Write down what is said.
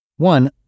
One